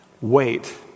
Wait